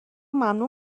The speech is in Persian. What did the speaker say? ممنوع